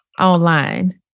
online